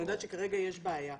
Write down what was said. אבל אני יודעת שכרגע יש בעיה.